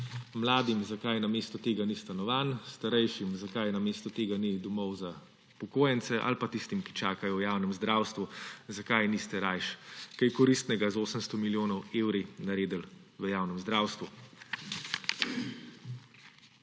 mladim, zakaj namesto tega ni stanovanj, starejšim, zakaj namesto tega ni domov za upokojence, ali pa tistim, ki čakajo v javnem zdravstvu, zakaj niste raje kaj koristnega z 800 milijonov evrov naredili v javnem zdravstvu.